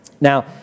Now